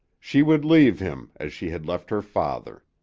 she would leave him as she had left her father.